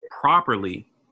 properly